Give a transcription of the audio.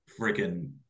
freaking